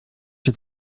czy